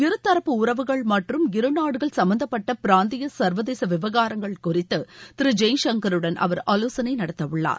இருதரப்பு உறவுகள் மற்றும் இருநாடுகள் சம்மந்தப்பட்ட பிராந்திய சர்வதேச விவகாரங்கள் குறித்து திரு ஜெய்சங்கருடன் அவர் ஆலோசனை நடத்த உள்ளார்